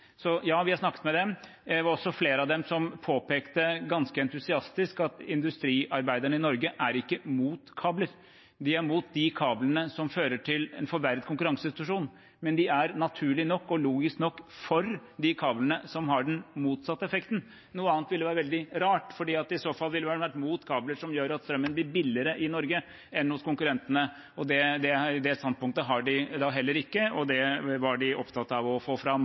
Så ja, vi har snakket med dem. Det var også flere av dem som ganske entusiastisk påpekte at industriarbeiderne i Norge ikke er imot kabler. De er imot de kablene som fører til en forverret konkurransesituasjon, men de er – naturlig nok og logisk nok – for de kablene som har den motsatte effekten. Noe annet ville være veldig rart, for i så fall ville de ha vært imot kabler som gjør at strømmen blir billigere i Norge enn hos konkurrentene. Det standpunktet har de da heller ikke, og det var de opptatt av å få fram.